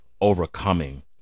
overcoming